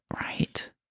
Right